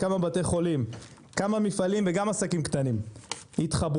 כמה בתי חולים וכמה מפעלים ועסקים קטנים התחברו.